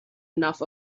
enough